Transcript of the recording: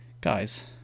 guys